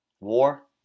War